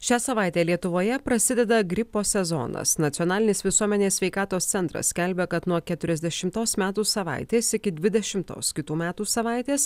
šią savaitę lietuvoje prasideda gripo sezonas nacionalinis visuomenės sveikatos centras skelbia kad nuo keturiasdešimtos metų savaitės iki dvidešimtos kitų metų savaitės